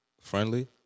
Friendly